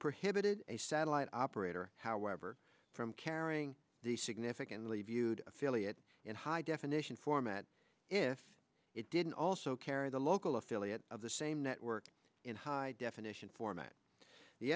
prohibited a satellite operator however from carrying the significantly viewed affiliate in high definition format if it didn't also carry the local affiliate of the same network in high definition format the